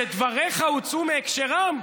שדבריך הוצאו מהקשרם?